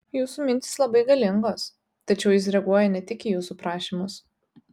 jūsų mintys labai galingos tačiau jis reaguoja ne tik į jūsų prašymus